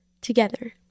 together